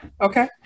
Okay